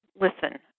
listen